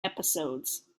episodes